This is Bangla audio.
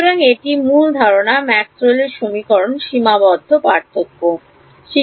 সুতরাং এটি মুল ধারণা ম্যাক্সওয়েলের Maxwell'sসমীকরণ সীমাবদ্ধ পার্থক্য